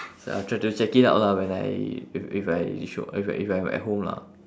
so I'll try to check it out lah when I if if I sh~ if I if I'm at home lah